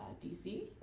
DC